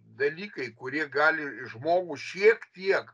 dalykai kurie gali žmogų šiek tiek